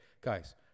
guys